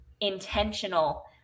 intentional